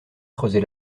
creusée